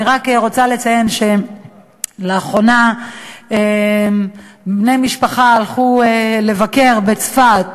אני רק רוצה לציין שלאחרונה בני-משפחה הלכו לביקור בצפת.